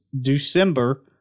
December